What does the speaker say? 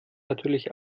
natürlich